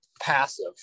passive